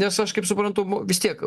nes aš kaip suprantu vis tiek